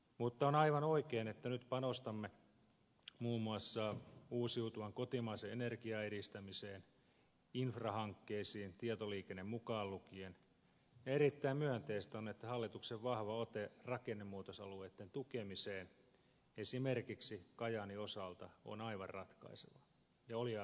mutta on aivan oikein että nyt panostamme muun muassa uusiutuvan kotimaisen energian edistämiseen infrahankkeisiin tietoliikenne mukaan lukien ja erittäin myönteistä on että hallituksen vahva ote rakennemuutosalueitten tukemiseen esimerkiksi kajaanin osalta on aivan ratkaiseva ja oli aivan ratkaiseva